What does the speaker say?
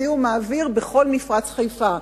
את זיהום האוויר בכל מפרץ חיפה.